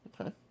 Okay